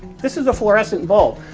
this is a fluorescent bulb.